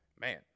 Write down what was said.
Man